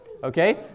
Okay